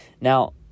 Now